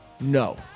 No